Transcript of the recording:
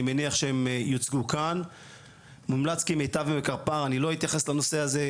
אני מניח שהם יוצגו כאן מומלץ כי -- אני לא אתייחס לנושא הזה,